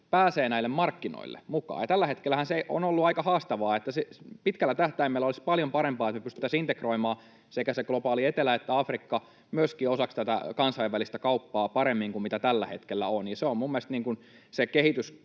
pääsevät näille markkinoille mukaan, ja tällä hetkellähän se on ollut aika haastavaa. Pitkällä tähtäimellä olisi paljon parempaa, että me pystyttäisiin integroimaan sekä se globaali etelä että Afrikka myöskin osaksi tätä kansainvälistä kauppaa paremmin kuin mitä tällä hetkellä on, ja se on minun mielestäni se